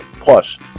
Plus